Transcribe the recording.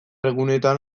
egunetan